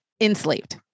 enslaved